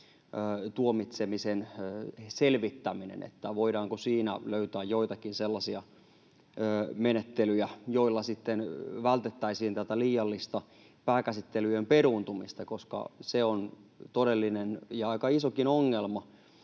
tuomitsemisen selvittäminen, niin voidaanko siinä löytää joitakin sellaisia menettelyjä, joilla sitten vältettäisiin tätä liiallista pääkäsittelyjen peruuntumista, koska se on todellinen ja aika isokin ongelma.